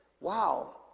wow